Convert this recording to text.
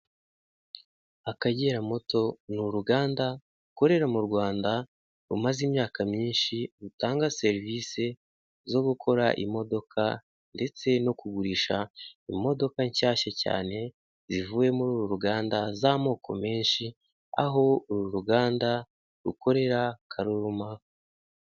Akagera moto ni uruganda rukorera mu Rwanda, rumaze imyaka myinshi rutanga serivisi zo gukora imodoka ndetse no kugurisha imodoka nshyashya cyane zivuye muri uru ruganda z'amoko menshi, aho uru ruganda rukorera Karoruma.